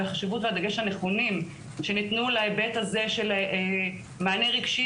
והחשיבות והדגש הנכונים שניתנו להיבט הזה של מענה רגשי